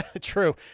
true